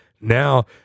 now